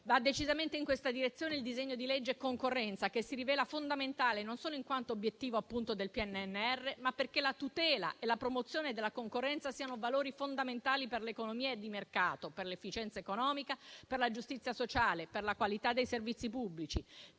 Va decisamente in questa direzione il disegno di legge concorrenza, che si rivela fondamentale non solo in quanto obiettivo, appunto, del PNRR, ma perché la tutela e la promozione della concorrenza siano valori fondamentali per l'economia e il mercato, per l'efficienza economica, per la giustizia sociale e per la qualità dei servizi pubblici,